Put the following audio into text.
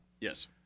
Yes